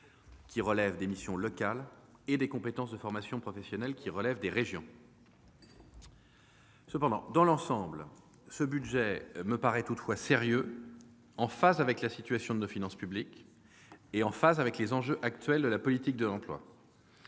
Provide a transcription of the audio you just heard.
qui relèvent des missions locales, et des compétences de formation professionnelle, qui relèvent des régions. Dans l'ensemble, ce budget me paraît toutefois sérieux, en phase avec la situation de nos finances publiques et en phase avec les enjeux actuels de la politique de l'emploi.